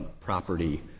property